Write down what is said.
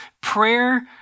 prayer